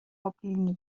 آبلیمو